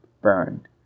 burned